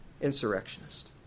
insurrectionist